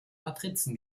matrizen